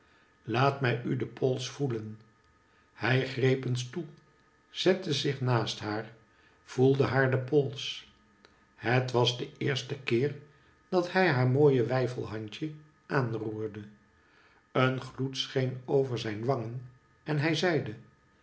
laat mij u den pols voelen hij greep een stoel zette zich naast haar voelde haar den pols het was den eersten keer dat hij haar mooie weifelhandje aanroerde een gloed scheen over zijn wangen en hij zeide